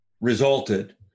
resulted